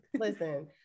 Listen